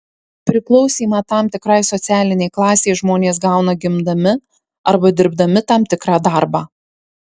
priklausymą tam tikrai socialinei klasei žmonės gauna gimdami arba dirbdami tam tikrą darbą